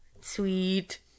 Sweet